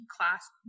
class